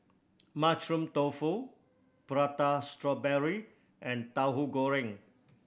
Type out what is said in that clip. Mushroom Tofu Prata Strawberry and Tahu Goreng